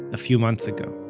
a few months ago.